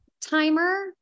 timer